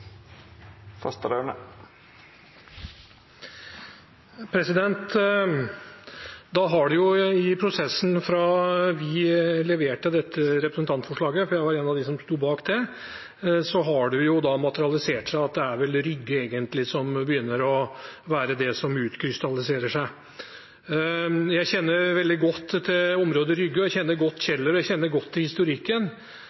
I prosessen fra vi leverte dette representantforslaget, for jeg var en av dem som sto bak det, har det materialisert seg at det vel er Rygge som egentlig begynner å være det som utkrystalliserer seg. Jeg kjenner veldig godt til området Rygge, jeg kjenner godt Kjeller, og jeg kjenner godt